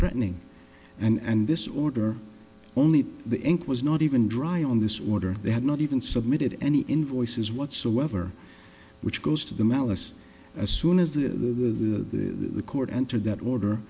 reatening and this order only the ink was not even dry on this water they had not even submitted any invoices whatsoever which goes to the malice as soon as the the court entered that order